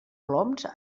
ploms